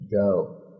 go